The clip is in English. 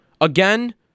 Again